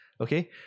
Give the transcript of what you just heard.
Okay